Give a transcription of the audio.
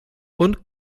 und